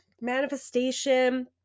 manifestation